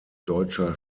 deutscher